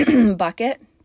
bucket